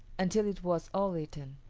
until it was all eaten.